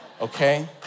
okay